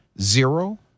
zero